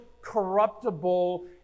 corruptible